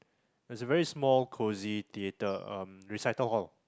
there's a very small cosy theatre ah recital hall